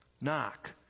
Knock